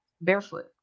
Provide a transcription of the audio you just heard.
barefoot